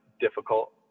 difficult